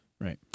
Right